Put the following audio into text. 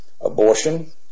abortion